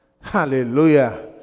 Hallelujah